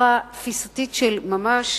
מהפכה תפיסתית של ממש.